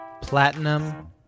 Platinum